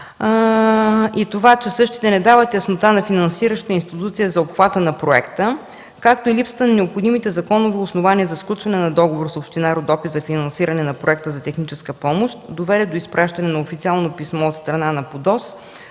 и това, че същите не дават яснота на финансиращата институция за обхвата на проекта, както и липсата на необходимите законови основания за сключване на договор с община Родопи за финансиране на проекта за техническа помощ, доведе до изпращане на официално писмо от страна на ПУДООС,